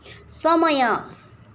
समय